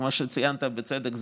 וכמו שציינת בצדק,